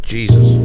Jesus